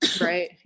Right